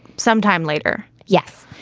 sometime later. yes.